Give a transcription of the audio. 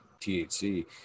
THC